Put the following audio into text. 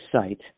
site